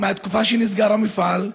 מהתקופה שנסגר המפעל,